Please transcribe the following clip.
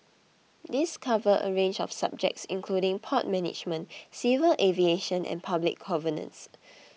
these cover a range of subjects including port management civil aviation and public governance